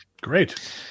Great